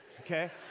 okay